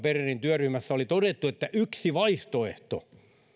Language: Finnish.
bernerin työryhmässä oli todettu että yksi vaihtoehto